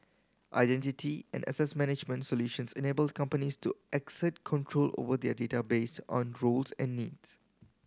identity and access management solutions enable companies to exert control over their data based on roles and needs